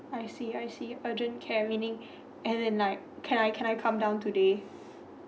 I see I see I don't care raining and at night can I can I come down today